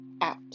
out